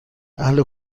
اهل